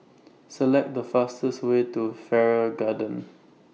Select The fastest Way to Farrer Garden